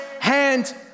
hand